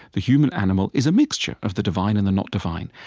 the human animal is a mixture of the divine and the not divine.